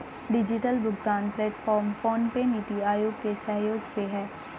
digital भुगतान platform PhonePe, NITI Aayog के सहयोग से है